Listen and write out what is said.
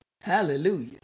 hallelujah